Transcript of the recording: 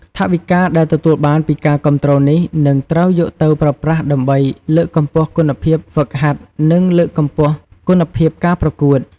ថវិកាដែលទទួលបានពីការគាំទ្រនេះ នឹងត្រូវយកទៅប្រើប្រាស់ដើម្បី លើកកម្ពស់គុណភាពហ្វឹកហាត់ និងលើកកម្ពស់គុណភាពការប្រកួត។